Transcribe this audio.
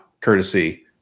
courtesy